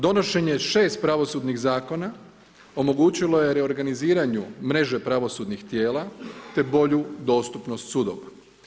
Donošenje 6 pravosudnih zakona omogućilo je reorganiziranju mreže pravosudnih tijela te bolju dostupnost sudova.